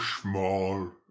small